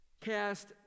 cast